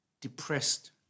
depressed